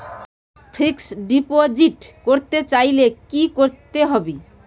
Fixed deposit করতে চাইলে কি করতে হবে?